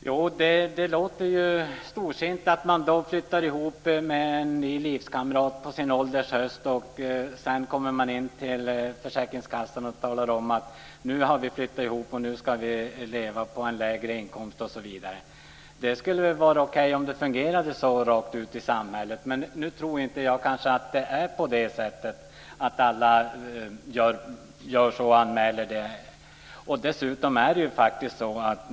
Herr talman! Det låter storsint att när man flyttar ihop med en livskamrat på sin ålders höst kommer in till försäkringskassan och talar om: Vi har flyttat ihop, och nu ska vi leva på en lägre inkomst, osv. Det skulle vara okej om det fungerade så i samhället. Men nu tror jag inte att alla gör så och anmäler det.